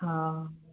हाँ